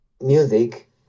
music